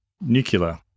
Nuclear